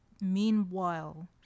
meanwhile